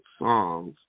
songs